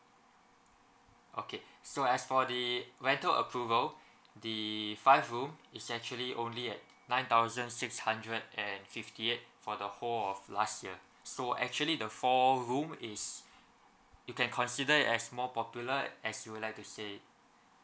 okay so as for the rental approval the five room it's actually only at nine thousand six hundred and fifty eight for the whole of last year so actually the four room is you can consider as more popular as you would like to say it